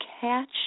catch